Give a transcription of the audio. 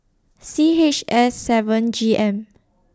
C H S seven G M